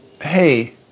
hey